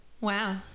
Wow